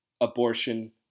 abortion